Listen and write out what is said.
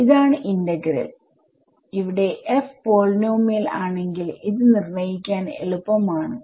ഇതാണ് ഇൻറ്റഗ്രൽl ഇവിടെ f polynomial ആണെങ്കിൽ ഇത് നിർണ്ണയിക്കാൻ എളുപ്പം ആണ്